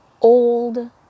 old